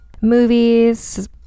movies